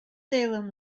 salem